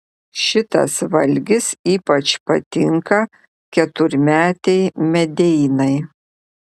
šitas valgis ypač patinka keturmetei medeinai